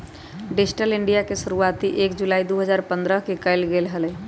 digital India के शुरुआती एक जुलाई दु हजार पन्द्रह के कइल गैले हलय